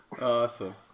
Awesome